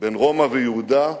בין רומא ויהודה,